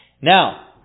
Now